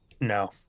No